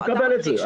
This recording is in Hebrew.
לא מקבל את זה.